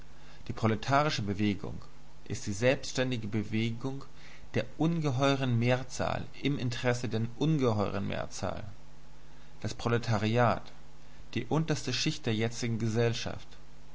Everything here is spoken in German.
die proletarische bewegung ist die selbständige bewegung der ungeheuren mehrzahl im interesse der ungeheuren mehrzahl das proletariat die unterste schicht der jetzigen gesellschaft